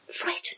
frightened